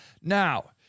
Now